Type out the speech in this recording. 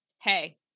Hey